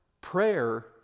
prayer